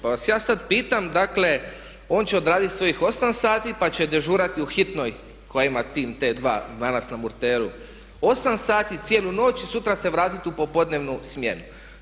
Pa vas ja sad pitam, dakle on će odradit svojih 8 sati pa će dežurati u hitnoj koja ima tim T2 danas na Murteru 8 sati, cijelu noć i sutra se vratiti u popodnevnu smjenu.